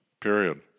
Period